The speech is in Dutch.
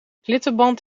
klittenband